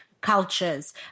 cultures